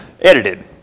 edited